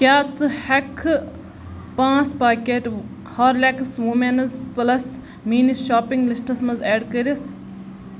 کیٛاہ ژٕ ہٮ۪کٕکھٕ پانٛژ پاکٮ۪ٹ ہارلیکس وُمینٛز پُلس میٛٲنِس شاپنٛگ لِسٹَس منٛز ایٚڈ کٔرِتھ